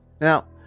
Now